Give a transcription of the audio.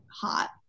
hot